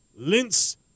Lince